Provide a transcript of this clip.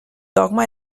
dogma